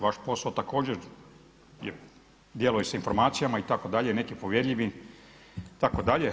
Vaš posao također je, djeluje sa informacijama itd. nekim povjerljivim itd.